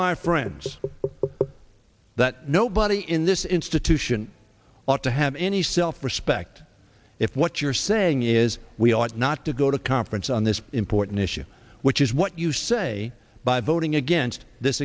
my friends that nobody in this institution ought to have any self respect if what you're saying is we ought not to go to conference on this important issue which is what you say by voting against this